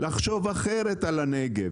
על הנגב.